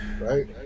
Right